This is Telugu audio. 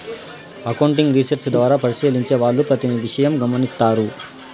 అకౌంటింగ్ రీసెర్చ్ ద్వారా పరిశీలించే వాళ్ళు ప్రతి విషయం గమనిత్తారు